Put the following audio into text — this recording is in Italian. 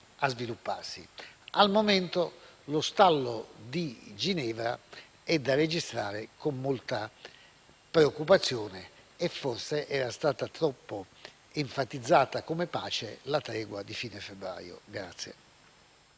Al momento, lo stallo di Ginevra è da registrare con molta preoccupazione, e forse era stata troppo enfatizzata come pace la tregua di fine febbraio.